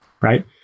Right